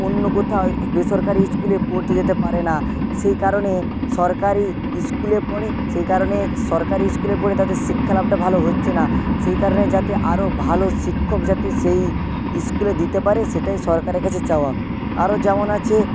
অন্য কোথাও বেসরকারি ইস্কুলে পড়তে যেতে পারে না সেই কারণে সরকারি ইস্কুলে পড়ে সেই কারণে সরকারি ইস্কুলে পড়ে তাদের শিক্ষালাভটা ভালো হচ্ছে না সেই কারণে যাতে আরও ভালো শিক্ষক যাতে সেই ইস্কুলে দিতে পারে সেটাই সরকারের কাছে চাওয়া আরও যেমন আছে